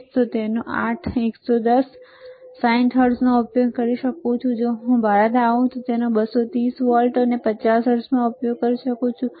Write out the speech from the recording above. જઈશ તો હું તેનો 8 110 વોલ્ટ 60 હર્ટ્ઝનો ઉપયોગ કરી શકું છું જો હું ભારતમાં આવું તો હું તેનો 230 વોલ્ટ 50 હર્ટ્ઝમાં ઉપયોગ કરી શકું